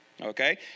okay